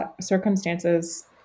circumstances